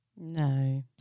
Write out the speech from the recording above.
No